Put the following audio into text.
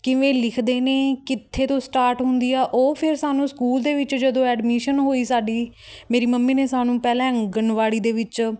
ਕਿਵੇਂ ਲਿਖਦੇ ਨੇ ਕਿੱਥੇ ਤੋਂ ਸਟਾਰਟ ਹੁੰਦੀ ਆ ਉਹ ਫਿਰ ਸਾਨੂੰ ਸਕੂਲ ਦੇ ਵਿੱਚ ਜਦੋਂ ਐਡਮਿਸ਼ਨ ਹੋਈ ਸਾਡੀ ਮੇਰੀ ਮੰਮੀ ਨੇ ਸਾਨੂੰ ਪਹਿਲਾਂ ਆਂਗਣਵਾੜੀ ਦੇ ਵਿੱਚ